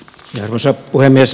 arvoisa puhemies